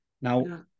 Now